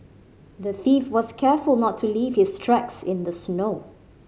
the thief was careful not to leave his tracks in the snow